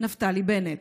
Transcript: נפתלי בנט,